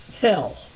hell